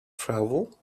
travel